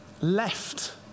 left